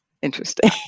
Interesting